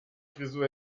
frisur